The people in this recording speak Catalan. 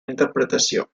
interpretació